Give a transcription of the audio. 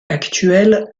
actuelle